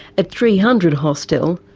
at three hundred hostel,